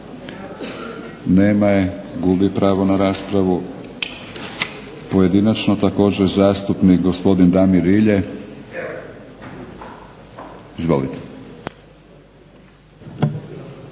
Nema je, gubi pravo na raspravu. Pojedinačno također, zastupnik gospodin Damir Rilje. Izvolite.